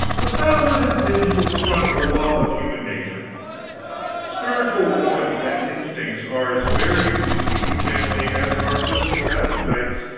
but that would have been to affront a law of human nature spiritual wants and instincts are as various in the human family as are physical appetites,